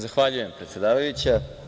Zahvaljujem, predsedavajuća.